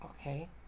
Okay